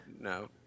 No